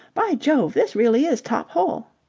by jove! this really is top-hole.